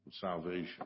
Salvation